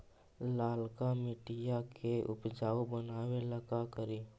लालका मिट्टियां के उपजाऊ बनावे ला का करी?